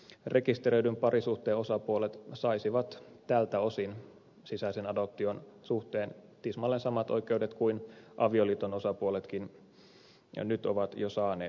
rekisteröidyn parisuhteen osapuolet saisivat tältä osin sisäisen adoption suhteen tismalleen samat oikeudet kuin avioliiton osapuoletkin nyt ovat jo saaneet